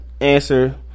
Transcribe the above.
answer